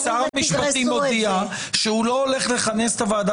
שר המשפטים הודיע שהוא לא הולך לכנס את הוועדה